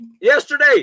Yesterday